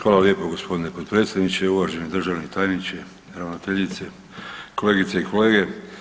Hvala lijepo g. potpredsjedniče, uvaženi državni tajniče, ravnateljice, kolegice i kolege.